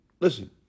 listen